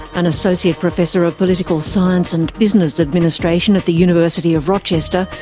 an associate professor of political science and business administration at the university of rochester,